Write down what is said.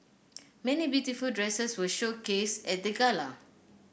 many beautiful dresses were showcased at the gala